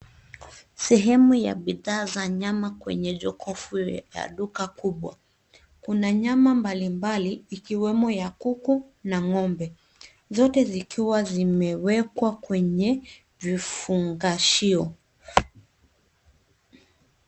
Sehemu ya bidhaa za nyama kwenye jokofu la duka kubwa. Kuna nyama mbalimbali, ikiwemo ya kuku na ng'ombe, zote zikiwa zimewekwa kwenye vifungashio.